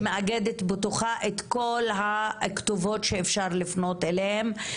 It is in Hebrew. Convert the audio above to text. שמאגדת בתוכה את כל הכתובות שאפשר לפנות אליהם,